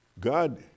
God